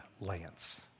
Lance